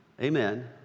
Amen